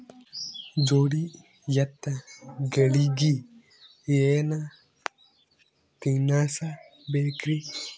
ಜೋಡಿ ಎತ್ತಗಳಿಗಿ ಏನ ತಿನಸಬೇಕ್ರಿ?